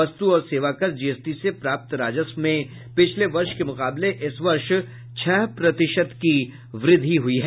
वस्तु और सेवा कर जीएसटी से प्राप्त राजस्व में पिछले वर्ष के मुकाबले इस वर्ष छह प्रतिशत की वृद्धि हुई है